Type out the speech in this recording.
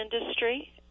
industry